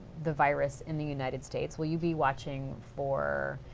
the virus in the united states? will you be watching for